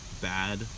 bad